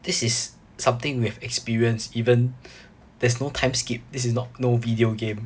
this is something we have experienced even there's no time skip this is not no video game